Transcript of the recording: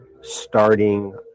starting